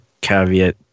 caveat